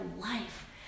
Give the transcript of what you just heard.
life